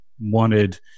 wanted